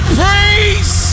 praise